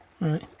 Right